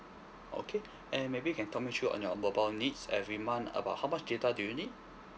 okay and maybe you can talk me through on your mobile needs every month about how much data do you need